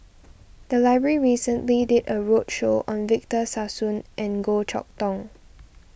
the library recently did a roadshow on Victor Sassoon and Goh Chok Tong